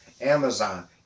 Amazon